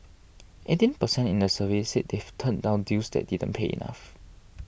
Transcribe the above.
eighteen percent in the survey said they've turned down deals that didn't pay enough